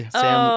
Sam